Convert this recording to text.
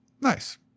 nice